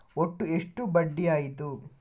ಒಟ್ಟು ಎಷ್ಟು ಬಡ್ಡಿ ಆಯಿತು?